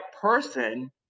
person